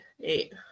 eight